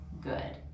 good